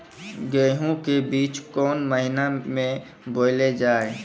गेहूँ के बीच कोन महीन मे बोएल जाए?